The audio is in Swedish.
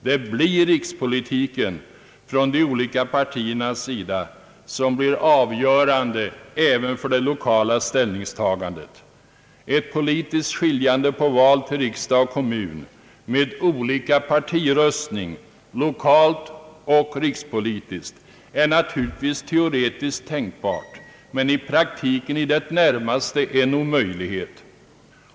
Det blir rikspolitiken från de olika partiernas sida som blir avgörande även för det lokala ställningstagandet. Ett politiskt skiljande på val till riksdag och kommun med olika partiröstning, lokalt och rikspolitiskt, är naturligtvis teoretiskt tänkbart men i praktiken i det närmaste en omöjlighet.